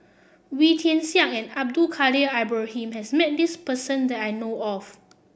Wee Tian Siak and Abdul Kadir Ibrahim has met this person that I know of